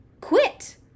quit